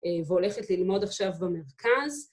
‫והולכת ללמוד עכשיו במרכז